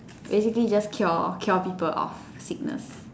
basically just cure cure people of sickness